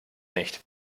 nicht